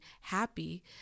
Happy